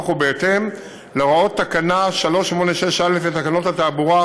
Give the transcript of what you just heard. ובהתאם להוראות תקנה 386א לתקנות התעבורה,